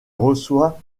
reçoit